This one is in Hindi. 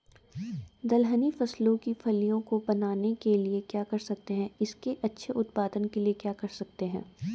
दलहनी फसलों की फलियों को बनने के लिए क्या कर सकते हैं इसके अच्छे उत्पादन के लिए क्या कर सकते हैं?